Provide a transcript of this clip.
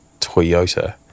Toyota